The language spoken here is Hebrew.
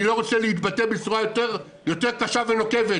אני לא רוצה להתבטא בצורה יותר קשה ונוקבת,